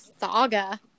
saga